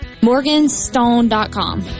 Morganstone.com